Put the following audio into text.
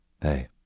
Hey